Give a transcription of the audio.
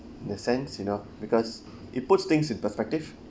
the sense you know because it puts things in perspective